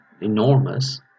enormous